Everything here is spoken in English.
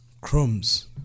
Crumbs